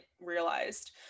realized